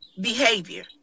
behavior